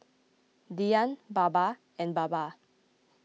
Dhyan Baba and Baba